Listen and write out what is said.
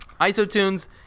Isotunes